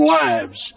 lives